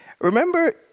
Remember